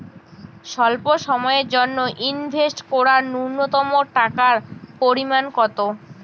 স্বল্প সময়ের জন্য ইনভেস্ট করার নূন্যতম টাকার পরিমাণ কত?